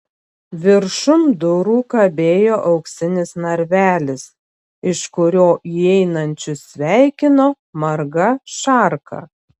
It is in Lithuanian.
viršum durų kabėjo auksinis narvelis iš kurio įeinančius sveikino marga šarka